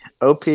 OP